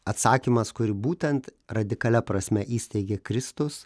atsakymas kurį būtent radikalia prasme įsteigė kristus